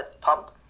pump